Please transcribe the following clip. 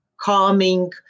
calming